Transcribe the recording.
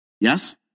Yes